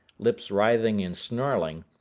lips writhing and snarling,